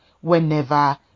whenever